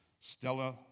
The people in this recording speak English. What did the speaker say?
Stella